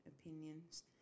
opinions